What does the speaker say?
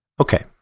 Okay